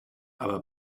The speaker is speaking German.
aber